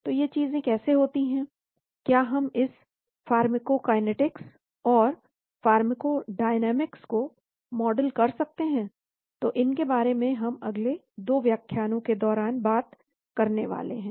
तो ये चीजें कैसे होती हैं क्या हम इस फार्माकोकाइनेटिक्स और फार्माकोडायनामिक्स को मॉडल कर सकते हैं तो इनके बारे में हम अगले 2 व्याख्यानों के दौरान बात करने वाले हैं